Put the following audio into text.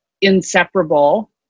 inseparable